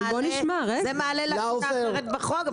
זה מעלה --- אחרת בחוק.